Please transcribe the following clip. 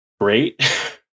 great